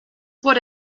what